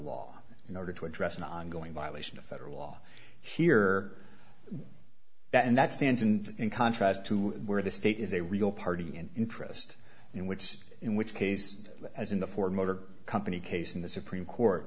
law in order to address an ongoing violation of federal law here that's tangent in contrast to where the state is a real party in interest in which in which case as in the ford motor company case in the supreme court